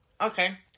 okay